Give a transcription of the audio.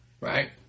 Right